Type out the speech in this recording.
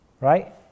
Right